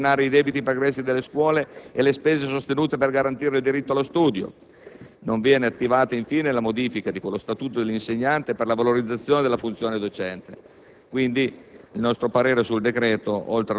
inoltre, istituito un fondo *ad* *hoc* per ripianare i debiti pregressi delle scuole e le spese sostenute per garantire il diritto allo studio. Non viene attivata, infine, la modifica dello statuto dell'insegnante per la valorizzazione della funzione docente.